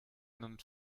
einen